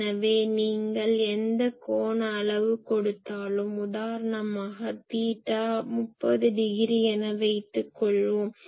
எனவே நீங்கள் எந்த கோண அளவு கொடுத்தாலும் உதாரணமாக தீட்டா 30 டிகிரி என வைத்துக் கொள்வோம்